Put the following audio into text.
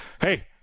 Hey